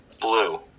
Blue